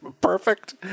perfect